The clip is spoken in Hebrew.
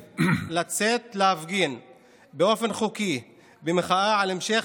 לצאת להפגין באופן חוקי במחאה על המשך,